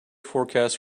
forecast